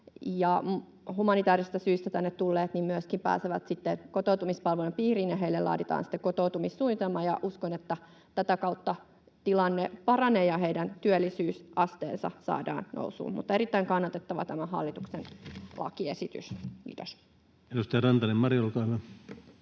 humanitäärisistä syistä tänne tulleet pääsevät myöskin kotoutumispalveluiden piiriin, ja heille laaditaan kotoutumissuunnitelma, ja uskon, että tätä kautta tilanne paranee ja heidän työllisyysasteensa saadaan nousuun. Erittäin kannatettava tämä hallituksen lakiesitys. — Kiitos. [Speech 99] Speaker: